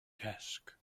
desk